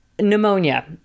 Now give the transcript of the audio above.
pneumonia